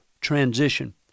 transition